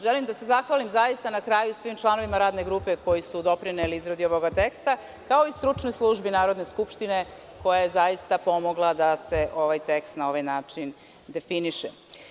Želim da se na kraju zahvalim svim članovima radne grupe koji su doprineli izradi ovog teksta, kao i stručnoj službi Narodne skupštine koja je zaista pomogla a se ovaj tekst na ovaj način definiše.